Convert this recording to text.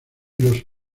los